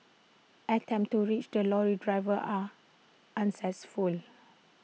attempts to reach the lorry driver are